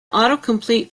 autocomplete